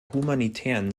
humanitären